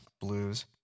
blues